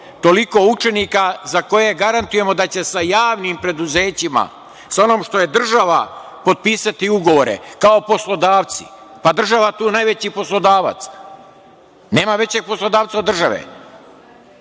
toliko učenika za koje garantujemo da će sa javnim preduzećima, sa onim što je država potpisati ugovore kao poslodavci. Država je tu najveći poslodavac. Nema većeg poslodavca od države.